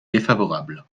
défavorable